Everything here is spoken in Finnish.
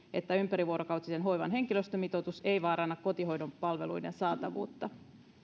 että ympärivuorokautisen hoivan henkilöstömitoitus ei vaaranna kotihoidon palveluiden saatavuutta